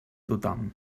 tothom